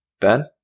Ben